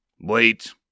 Wait